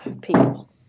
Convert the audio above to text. people